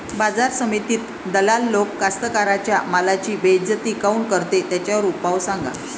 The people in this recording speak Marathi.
बाजार समितीत दलाल लोक कास्ताकाराच्या मालाची बेइज्जती काऊन करते? त्याच्यावर उपाव सांगा